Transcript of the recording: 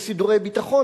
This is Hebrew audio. בסידורי ביטחון.